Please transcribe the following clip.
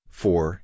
four